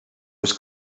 was